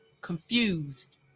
confused